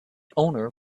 owner